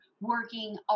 working